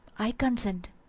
i consent,